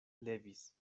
levis